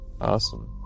Awesome